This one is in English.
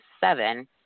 seven